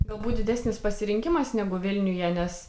galbūt didesnis pasirinkimas negu vilniuje nes